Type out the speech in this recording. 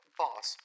boss